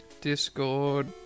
Discord